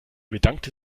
bedankte